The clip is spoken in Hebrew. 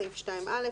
בסעיף 2(א),